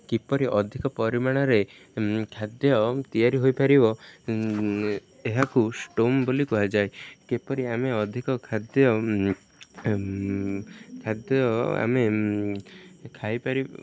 କିପରି ଅଧିକ ପରିମାଣରେ ଖାଦ୍ୟ ତିଆରି ହୋଇପାରିବ ଏହାକୁ ଷ୍ଟୋମ୍ ବୋଲି କୁହାଯାଏ କିପରି ଆମେ ଅଧିକ ଖାଦ୍ୟ ଖାଦ୍ୟ ଆମେ ଖାଇପାରିବା